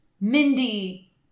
Mindy